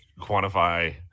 quantify